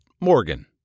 Morgan